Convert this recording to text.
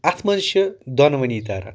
اَتھ منٛز چھِ دۄنوٕنی تَران